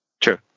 True